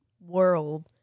world